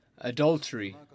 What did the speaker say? Adultery